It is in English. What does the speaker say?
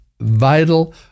vital